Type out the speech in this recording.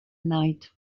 night